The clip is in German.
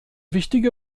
wichtige